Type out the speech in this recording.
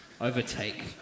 overtake